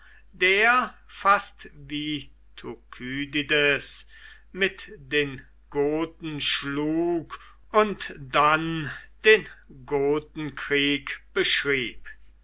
der fast wie thukydides mit den goten schlug und dann den gotenkrieg beschrieb